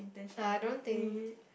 I don't think